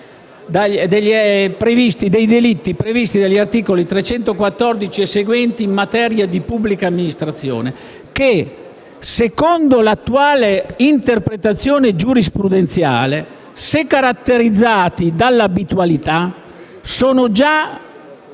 dei delitti previsti dagli articoli 314 e seguenti in materia di pubblica amministrazione che, secondo l'attuale interpretazione giurisprudenziale, se caratterizzati dal requisito dell'abitualità, sono già